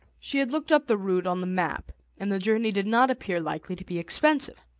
she had looked up the route on the map, and the journey did not appear likely to be expensive.